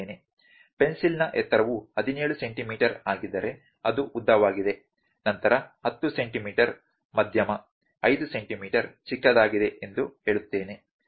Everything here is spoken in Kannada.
ಪೆನ್ಸಿಲ್ನ ಎತ್ತರವು 17 ಸೆಂಟಿಮೀಟರ್ ಆಗಿದ್ದರೆ ಅದು ಉದ್ದವಾಗಿದೆ ನಂತರ 10 ಸೆಂಟಿಮೀಟರ್ ಮಧ್ಯಮ 5 ಸೆಂಟಿಮೀಟರ್ ಚಿಕ್ಕದಾಗಿದೆ ಎಂದು ಹೇಳುತ್ತೇನೆ